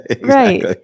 right